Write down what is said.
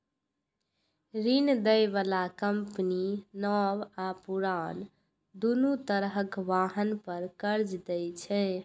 ऋण दै बला कंपनी नव आ पुरान, दुनू तरहक वाहन पर कर्ज दै छै